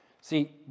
See